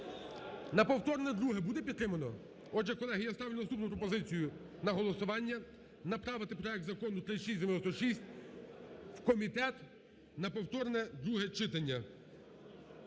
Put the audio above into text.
На повторне друге, буде підтримано? Отже, колеги, я ставлю наступну пропозицію на голосування – направити проект Закону 3696 в комітет на повторне друге читання.